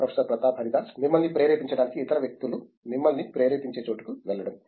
professor Pratap Haridas మిమ్మల్ని ప్రేరేపించడానికి ఇతర వ్యక్తులు మిమ్మల్ని ప్రేరేపించే చోటుకు వెళ్ళడం